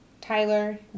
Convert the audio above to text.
Tyler